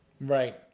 Right